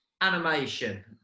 animation